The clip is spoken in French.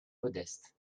modestes